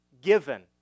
given